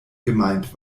gemeint